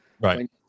right